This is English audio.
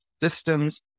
systems